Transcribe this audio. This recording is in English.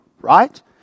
right